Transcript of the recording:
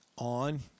On